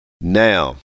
Now